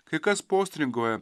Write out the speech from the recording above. kai kas postringauja